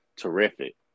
terrific